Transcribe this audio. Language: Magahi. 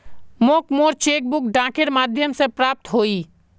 मोक मोर चेक बुक डाकेर माध्यम से प्राप्त होइए